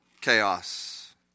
chaos